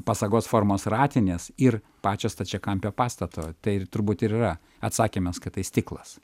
pasagos formos ratinės ir pačio stačiakampio pastato tai turbūt ir yra atsakymas kad tai stiklas